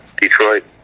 Detroit